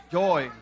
joy